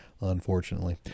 unfortunately